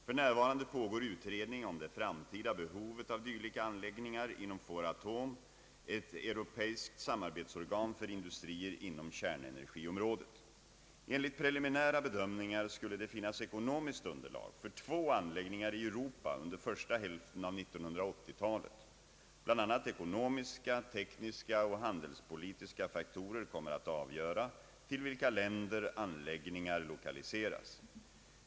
För närvarande pågår utredning om det framtida behovet av dylika anläggningar inom Foratom, ett europeiskt samarbetsorgan för industrier inom kärnenergiområdet. Enligt preliminära bedömningar skulle det finnas ekonomiskt underlag för två anläggningar i Europa under första hälften av 1980-talet. Bl. a. ekonomiska, tekniska och handelspolitiska faktorer kommer att avgöra till vilka länder anläggningar lokaliseras.